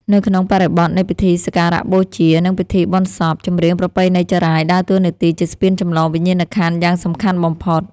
នៅក្នុងបរិបទនៃពិធីសក្ការបូជា និងពិធីបុណ្យសព ចម្រៀងប្រពៃណីចារាយដើរតួនាទីជាស្ពានចម្លងវិញ្ញាណក្ខន្ធយ៉ាងសំខាន់បំផុត។